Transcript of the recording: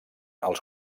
els